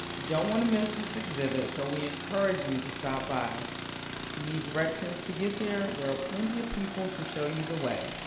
don't want to miss this exhibit so we encourage you to stop by. if you need directions to get there, there are plenty of people to show you the way.